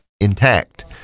intact